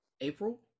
April